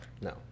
no